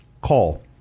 call